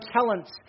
talents